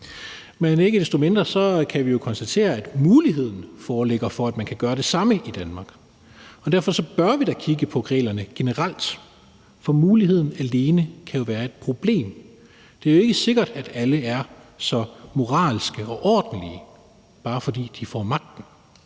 Men ikke desto mindre kan vi jo konstatere, at muligheden foreligger for, at man kan gøre det samme i Danmark, og derfor bør vi da kigge på reglerne generelt, for muligheden alene kan være et problem. Det er jo ikke sikkert, at alle er så moralske og ordentlige, bare fordi de får magten.